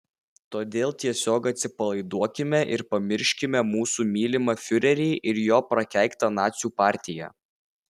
todėl tiesiog atsipalaiduokime ir pamirškime mūsų mylimą fiurerį ir jo prakeiktą nacių partiją